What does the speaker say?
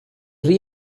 rhy